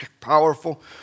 powerful